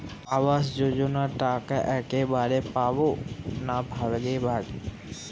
আবাস যোজনা টাকা একবারে পাব না ভাগে ভাগে?